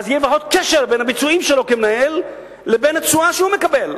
ואז יהיה לפחות קשר בין הביצועים שלו כמנהל לבין התשואה שהוא מקבל.